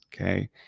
okay